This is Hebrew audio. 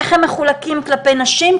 איך הם מחולקים כלפי נשים,